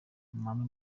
amahame